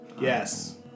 Yes